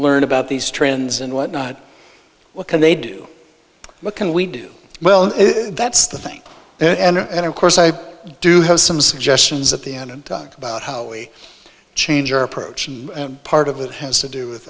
learn about these trends and what not what can they do what can we do well that's the thing it and of course i do have some suggestions at the end and talk about how we change our approach and part of it has to do with